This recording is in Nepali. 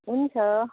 हुन्छ